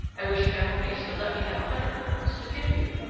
i wish pere maurice would let me have a hundred crowns to give you.